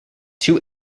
two